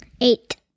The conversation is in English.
Eight